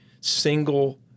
single